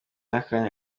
y’akanya